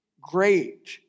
Great